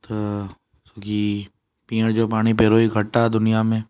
त छोकी पीअण जो पाणी पहिरियों ई घटि आहे दुनिया में